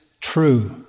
true